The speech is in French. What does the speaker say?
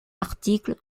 articles